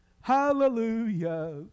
hallelujah